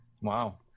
Wow